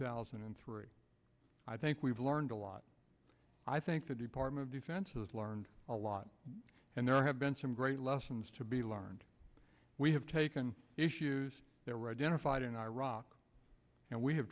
thousand and three i think we've learned a lot i think the department of defense has learned a lot and there have been some great lessons to be learned we have taken issues there were identified in iraq and we have